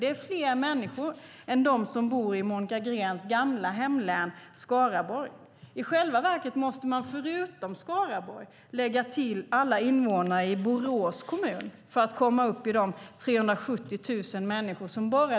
Det är fler människor än de som bor i Monica Greens gamla hemlän, Skaraborg. I själva verket måste man förutom Skaraborg lägga till alla invånare i Borås kommun för att komma upp i dessa 370 000 människor.